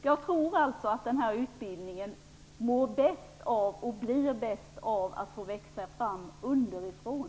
Jag tror alltså att den här utbildningen blir bäst av att få växa fram underifrån.